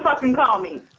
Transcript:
fucking call me.